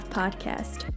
podcast